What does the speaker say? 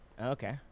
Okay